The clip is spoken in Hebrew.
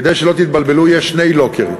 כדי שלא תתבלבלו, יש שני לוקר.